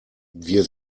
wir